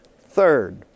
Third